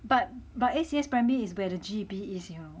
but but A_C_S primary is where the G_E_P is you know